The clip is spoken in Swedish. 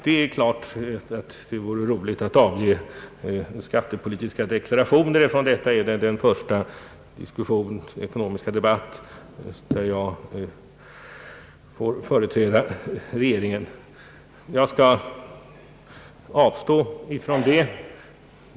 Det vore naturligtvis roligt att avge en skattepolitisk deklaration eftersom det är den första ekonomiska debatt där jag får företräda regeringen. Jag skall emellertid avstå från detta.